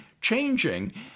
changing